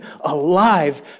alive